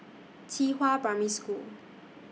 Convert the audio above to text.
Qihua Primary School